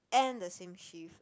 and the same shift